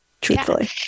truthfully